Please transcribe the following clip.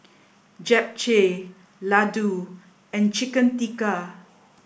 Japchae Ladoo and Chicken Tikka